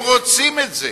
הם רוצים את זה